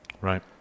right